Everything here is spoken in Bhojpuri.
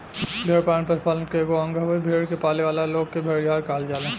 भेड़ पालन पशुपालन के एगो अंग हवे, भेड़ के पालेवाला लोग के भेड़िहार कहल जाला